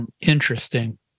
Interesting